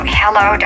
hello